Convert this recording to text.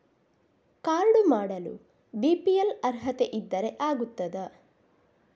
Card ಮಾಡಲು BPL ಅರ್ಹತೆ ಇದ್ದರೆ ಆಗುತ್ತದ?